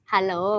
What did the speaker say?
Hello